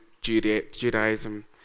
Judaism